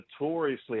notoriously